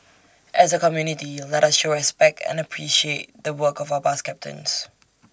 as A community let us show respect and appreciate the work of our bus captains